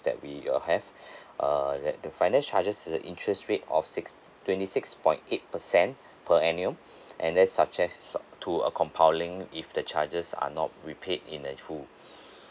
that we uh have uh that the finance charges is a interest rate of six twenty six point eight percent per annum and there's such as uh to a compounding if the charges are not repaid in the full